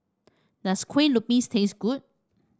does Kue Lupis taste good